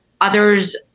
others